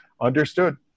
Understood